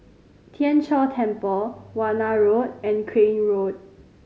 Tien Chor Temple Warna Road and Crane Road